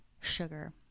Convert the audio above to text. sugar